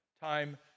Time